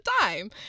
time